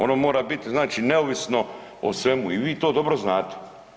Ono mora biti znači neovisno o svemu i vi to dobro znate.